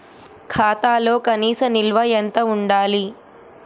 ఖాతాలో కనీస నిల్వ ఎంత ఉండాలి?